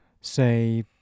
say